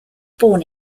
born